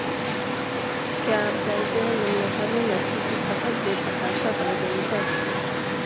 क्या आप जानते है दुनिया भर में मछली की खपत बेतहाशा बढ़ गयी है?